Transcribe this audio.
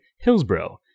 Hillsboro